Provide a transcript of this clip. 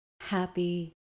happy